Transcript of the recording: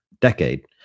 decade